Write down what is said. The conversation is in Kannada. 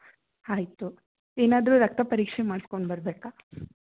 ಆಯ್ತು ಏನಾದ್ರೂ ರಕ್ತ ಪರೀಕ್ಷೆ ಮಾಡ್ಸ್ಕೊಂಡು ಬರ್ಬೇಕಾ